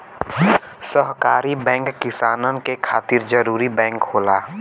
सहकारी बैंक किसानन के खातिर जरूरी बैंक होला